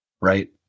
right